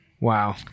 Wow